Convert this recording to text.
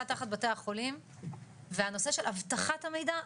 תחת בתי החולים והנושא של אבטחת המידע,